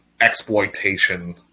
exploitation